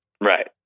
Right